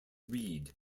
reid